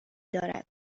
دارد